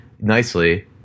nicely